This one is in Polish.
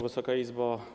Wysoka Izbo!